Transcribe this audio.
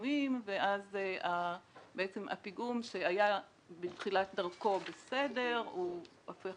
ואז בעצם הפיגום שהיה בתחילת דרכו בסדר הוא הופך להיות לא בטיחותי.